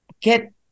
get